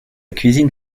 cuisine